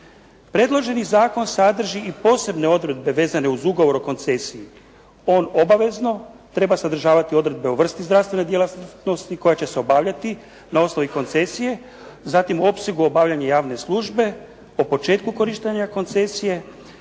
Predloženi zakon sadrži i posebne odredbe vezane uz Ugovor o koncesiji. On obavezno treba sadržavati odredbe o vrsti zdravstvene djelatnosti koja će se obavljati na osnovi koncesije, zatim opsegu obavljanja javne službe, početku korištenja koncesije